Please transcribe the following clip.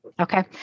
Okay